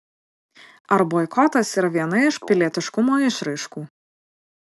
ar boikotas yra viena iš pilietiškumo išraiškų